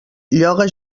lloga